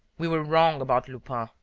we were wrong about lupin.